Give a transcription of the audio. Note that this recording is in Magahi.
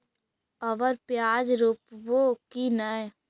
अबर प्याज रोप्बो की नय?